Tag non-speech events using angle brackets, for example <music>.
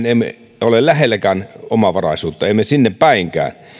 <unintelligible> emme ole lähelläkään omavaraisuutta emme sinnepäinkään